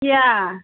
কিয়